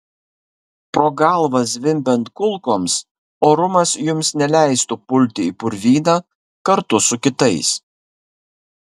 pro galvą zvimbiant kulkoms orumas jums neleistų pulti į purvyną kartu su kitais